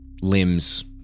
limbs